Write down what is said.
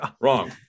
Wrong